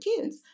kids